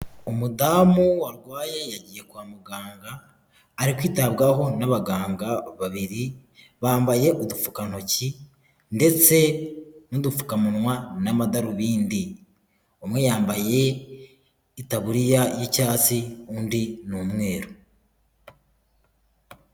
Umudamu warwaye yagiye kwa muganga ari kwitabwaho n'abaganga babiri, bambaye udupfukantoki ndetse n'udupfukamunwa n'amadarubindi, umwe yambaye itaburiya y'icyatsi undi ni umweru.